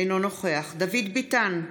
אינו נוכח דוד ביטן,